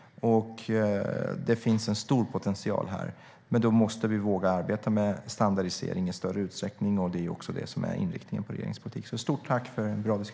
Det finns en stor potential här, men då måste vi våga arbeta med standardisering i större utsträckning. Det är också det som är inriktningen på regeringens politik.